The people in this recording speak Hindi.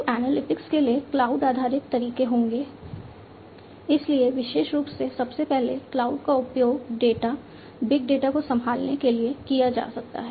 तो एनालिटिक्स के लिए क्लाउड आधारित तरीके होंगे इसलिए विशेष रूप से सबसे पहले क्लाउड का उपयोग डेटा बिग डेटा को संभालने के लिए किया जा सकता है